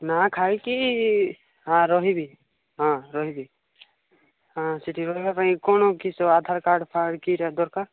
ନା ଖାଇକି ରହିବି ହଁ ରହିବି ହଁ ସେଠି ରହିବା ପାଇଁ କ'ଣ କି ଆଧାର କାର୍ଡ୍ ଫାର୍ଡ୍ କି ଟା ଦରକାର